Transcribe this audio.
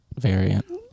variant